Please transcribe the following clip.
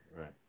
Right